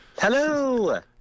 Hello